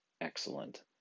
excellent